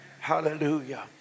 Hallelujah